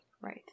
Right